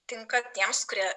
tinka tiems kurie